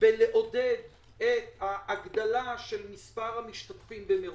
בלעודד את הגדלת מספר המשתתפים במירון,